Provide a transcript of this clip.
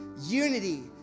unity